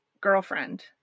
girlfriend